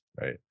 right